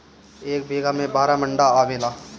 एक बीघा में बारह मंडा आवेला